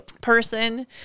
person